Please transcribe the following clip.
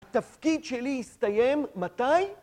התפקיד שלי הסתיים, מתי?